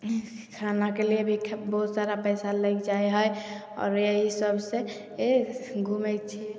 खानाके लिए भी बहुत सारा पैसा लागि जाइ हइ अब यही सबसे ए घूमय फिरय